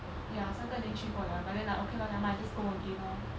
ya 三个已经去过了 but then like okay lor nevermind just go again lor